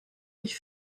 ich